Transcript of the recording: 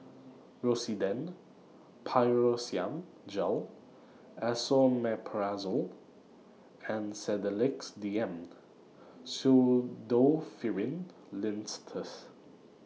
Rosiden Piroxicam Gel Esomeprazole and Sedilix D M Pseudoephrine Linctus